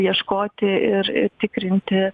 ieškoti ir ir tikrinti